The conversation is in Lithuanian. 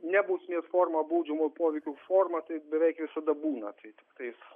nebus nes forma baudžiamojo poveikio forma tai beveik visada būna tai tiktais